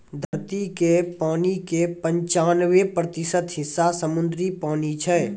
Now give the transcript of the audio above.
धरती के पानी के पंचानवे प्रतिशत हिस्सा समुद्री पानी छै